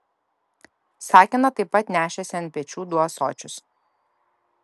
sakina taip pat nešėsi ant pečių du ąsočius